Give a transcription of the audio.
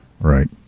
Right